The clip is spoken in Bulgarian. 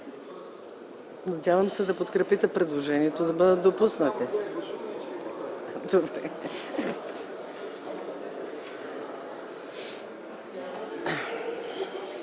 Надявам се да подкрепите предложението да бъдат допуснати.